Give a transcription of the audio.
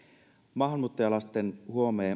maahanmuuttajalasten